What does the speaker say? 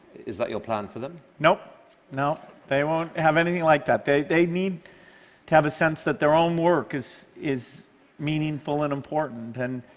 is that your plan for them? bg nope. no. they won't have anything like that. they they need to have a sense that their own work is is meaningful and important. and